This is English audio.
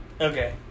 Okay